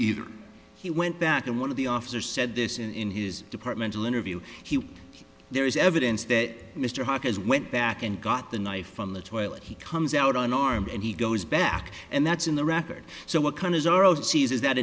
either he went back and one of the officer said this in his departmental interview he there is evidence that mr hawkins went back and got the knife from the toilet he comes out on arm and he goes back and that's in the record so what kind of